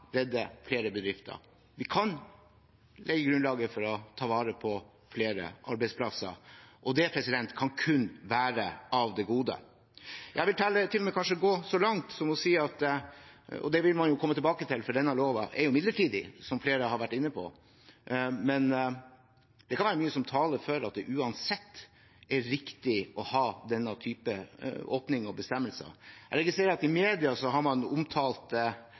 legge grunnlaget for å ta vare på flere arbeidsplasser. Det kan kun være av det gode. Jeg vil til og med kanskje gå så langt som til å si – og dette vil man jo komme tilbake til, for denne loven er midlertidig, som flere har vært inne på – at det kan være mye som taler for at det uansett er riktig å ha denne typen åpning og bestemmelse. Jeg registrerer at man i media litt sånn populært har omtalt